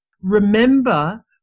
remember